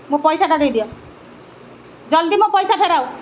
ମୋ ପଇସାଟା ଦେଇଦିଅ ଜଲଦି ମୋ ପଇସା ଫେରାଅ